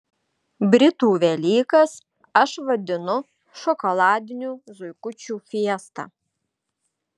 britų velykas aš vadinu šokoladinių zuikučių fiesta